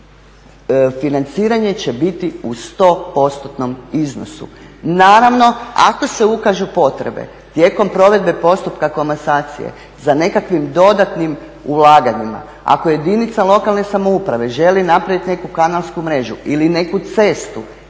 Financiranje će biti u 100%-tnom iznosu. Naravno ako se ukažu potrebe tijekom provedbe postupka komasacije za nekakvim dodatnim ulaganjima, ako jedinice lokalne samouprave želi napraviti neku kanalsku mrežu ili neku cestu,